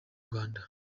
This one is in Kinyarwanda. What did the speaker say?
rwanda